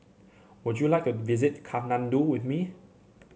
would you like to visit Kathmandu with me